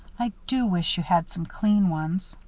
i do wish you had some clean ones.